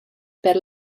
per